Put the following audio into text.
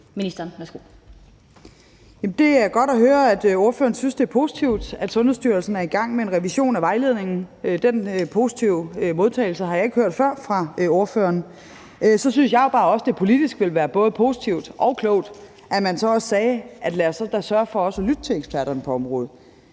Det er godt at høre, at ordføreren synes, det er positivt, at Sundhedsstyrelsen er i gang med en revision af vejledningen. Den positive modtagelse har jeg ikke hørt før fra ordføreren. Så synes jeg jo bare også, at det politisk ville være både positivt og klogt, at man så også sagde: Lad os da sørge for også at lytte til eksperterne på området,